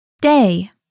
Day